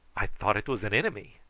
i thought it was an enemy.